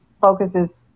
focuses